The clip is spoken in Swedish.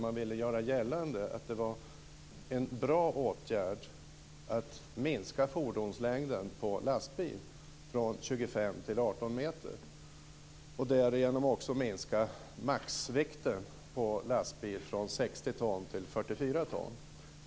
Man vill där göra gällande att det var en bra åtgärd att minska fordonslängden på lastbilar från 25 meter till 18 meter och därigenom också minska maxvikten på lastbil från 60 till 44 ton.